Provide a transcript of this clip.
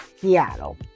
Seattle